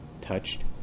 touched